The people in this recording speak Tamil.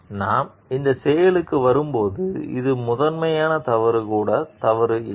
நாம் அந்தச் செயல்களுக்கு வரும்போது அது முதன்மையான தவறு கூடத் தவறு அல்ல